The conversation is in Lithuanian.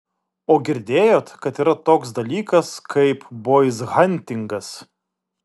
o girdėjot kad yra toks dalykas kaip boizhantingas